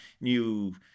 new